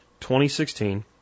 2016